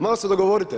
Malo se dogovorite.